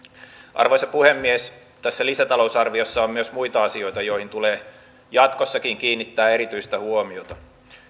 arvoisa puhemies tässä lisätalousarviossa on myös muita asioita joihin tulee jatkossakin kiinnittää erityistä huomiota